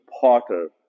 potter